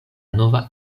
nova